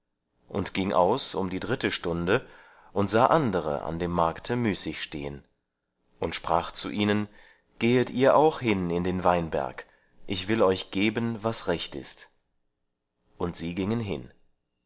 und ging aus um die dritte stunde und sah andere an dem markte müßig stehen und sprach zu ihnen gehet ihr auch hin in den weinberg ich will euch geben was recht ist und sie gingen hin